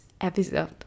episode